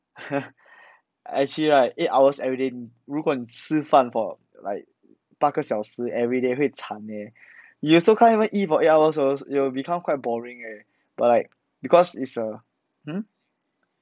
actually right eight hour everyday 如果你吃饭 for like 八个小时 everyday 会惨 leh 有时候 you can't even eat for eight hour als~you you will become quite boring eh but like because is a hmm